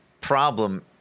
problem